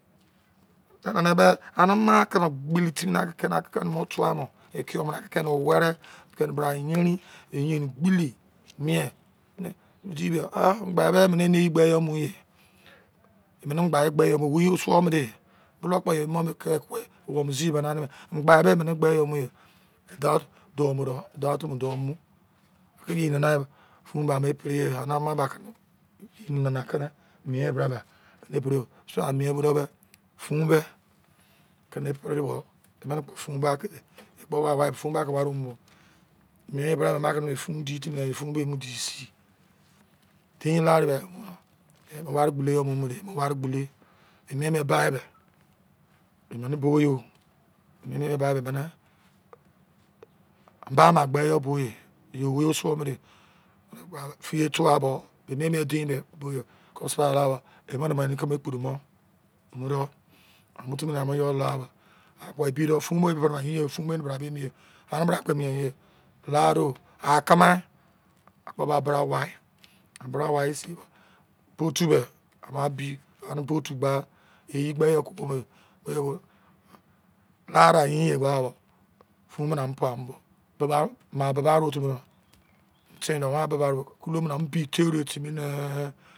Ani maa kịmị gbele timi ne kẹ keno tụo mọ, ekiyọụ kọ ken o̱ weri keni bra yerin, eyenrin gbelei, mien. Di bia, ah, memgbai e̱ mịnị eni eyi mọ gbe yọ mu mu dee. Maingbai be ị mịnị eni eyi gbe yọ a mumu de. Owei o sụọ ngọ dee. Bu̱lọụ kpọ ye emọ awou mini ziyi. E dau otu mọ dou mu dọ. Akị yei nana yi fun be̱ amo̱ koni priye anị ama be ama miẹn yi bra bẹ. Dein kon do. Ekpo eni fuun kon wari a mu do. Erein la bo. Ekpo eni kimi bo beni mọ. Ango keri ere nana fuun be emi eyimose fesin dau fe eyi o, yin konu pouokubo fun bolou ba emi eyi mose ekpo eni are nana ani-okulobe gare gamu bibi are-bo sai. A mu amaa la, tubon ma dau warii duo su̱ọ. Aa kamai, akpọ ba ani duobotu gba abauma komu nana yọ a bo me a solo le eyi mose mien timi mie siwa hiọ, ye na yoro ma kon bo awari a mudo̱